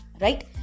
Right